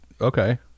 Okay